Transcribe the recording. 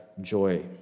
joy